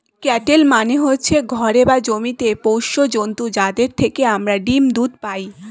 cattle মানে হচ্ছে ঘরে বা জমিতে পোষ্য জন্তু যাদের থেকে আমরা ডিম, দুধ পাই